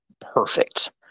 perfect